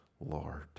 Lord